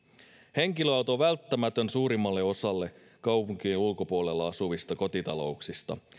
henkilöauto on välttämätön suurimmalle osalle kaupunkien ulkopuolella asuvista kotitalouksista